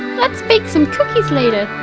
let's bake some cookies later!